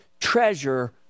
treasure